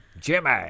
jimmy